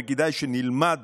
וכדאי שנלמד